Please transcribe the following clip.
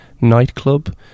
Nightclub